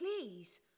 please